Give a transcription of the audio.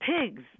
Pigs